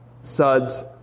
suds